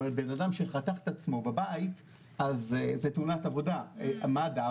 גם בן אדם שחתך את עצמו בבית זו תאונת עבודה מבחינת מד"א,